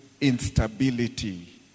instability